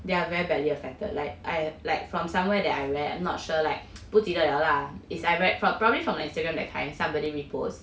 they are very badly affected like I like from somewhere that I read I'm not sure like 不记得了 lah is I read from probably from Instagram that kind of somebody repost